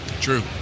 True